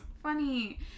Funny